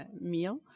meal